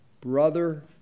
Brother